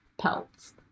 pelts